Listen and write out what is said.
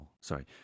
Sorry